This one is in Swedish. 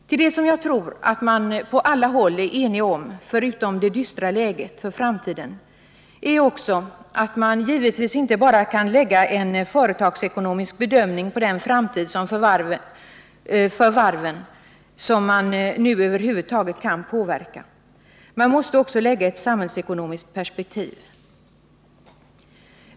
Till det som jag tror att man på alla håll är enig om — förutom det dystra läget för framtiden — hör att man givetvis inte bara kan anlägga en företagsekonomisk bedömning av den framtid för varven som man nu över huvud taget kan påverka utan också måste ha ett samhällsekonomiskt perspektiv.